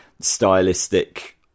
stylistic